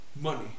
money